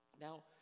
Now